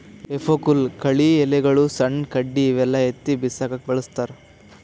ಹೆಫೋಕ್ ಹುಲ್ಲ್ ಕಳಿ ಎಲಿಗೊಳು ಸಣ್ಣ್ ಕಡ್ಡಿ ಇವೆಲ್ಲಾ ಎತ್ತಿ ಬಿಸಾಕಕ್ಕ್ ಬಳಸ್ತಾರ್